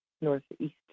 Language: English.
northeast